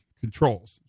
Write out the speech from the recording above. controls